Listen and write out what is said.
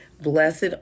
Blessed